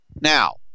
Now